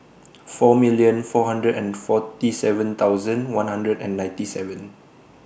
four million four hundred and forty seven thousand one hundred and ninety seven